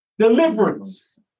Deliverance